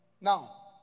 now